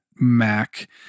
Mac